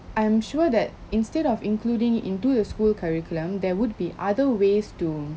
I am sure that instead of including it into the school curriculum there would be other ways to